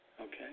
okay